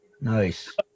Nice